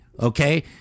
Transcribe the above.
Okay